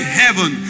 heaven